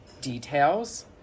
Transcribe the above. details